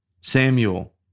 Samuel